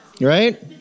Right